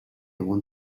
want